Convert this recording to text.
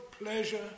pleasure